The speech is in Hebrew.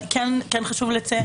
כן חשוב לציין,